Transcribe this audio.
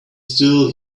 still